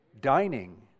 dining